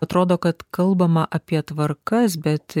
atrodo kad kalbama apie tvarkas bet